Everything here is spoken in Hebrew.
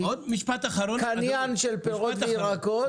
קניין של פירות וירקות,